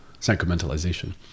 sacramentalization